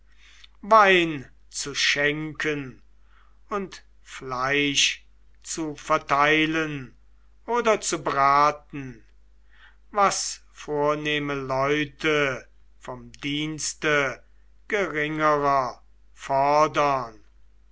wein zu schenken und fleisch zu verteilen oder zu braten was vornehme leute vom dienste geringerer fordern